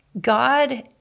God